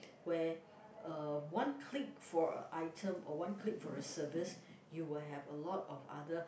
where a one click for a item or one click for a service you will have a lot of other